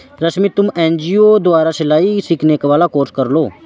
रश्मि तुम एन.जी.ओ द्वारा सिलाई सिखाने वाला कोर्स कर लो